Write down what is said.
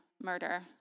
murder